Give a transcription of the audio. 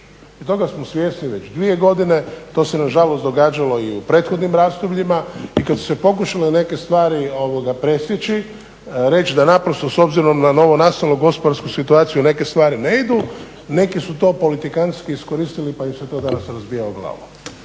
i toga smo svjesni već 2 godine, to se nažalost događalo i u prethodnim razdobljima i kada su se pokušale neke stvari presjeći, reći da naprosto s obzirom na novonastalu gospodarsku situaciju neke stvari ne idu, neki su to politikantski iskoristili pa im se to danas razbija o glavu.